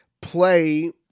play